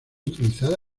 utilizada